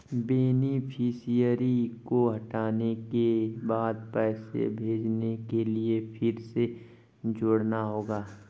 beneficiary को हटाने के बाद पैसे भेजने के लिए फिर से जोड़ना होगा